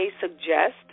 suggest